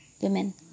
women